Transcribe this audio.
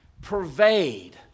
pervade